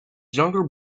younger